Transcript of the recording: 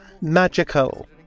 magical